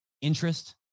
interest